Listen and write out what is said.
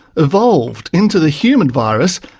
evolved into the human virus,